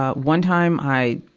ah one time, i,